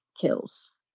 kills